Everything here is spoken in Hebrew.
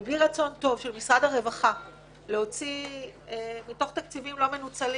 ובלי רצון טוב של משרד הרווחה להוציא מתוך תקציבים לא מנוצלים